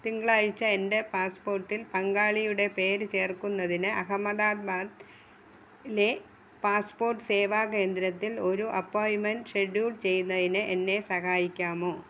തിങ്കളാഴ്ച്ച എൻ്റെ പാസ്പോർട്ടിൽ പങ്കാളിയുടെ പേര് ചേർക്കുന്നതിന് അഹമ്മദാബാദ് ലെ പാസ്പോർട്ട് സേവാ കേന്ദ്രത്തിൽ ഒരു അപ്പോയിൻമെൻ്റ് ഷെഡ്യൂൾ ചെയ്യുന്നതിന് എന്നെ സഹായിക്കാമോ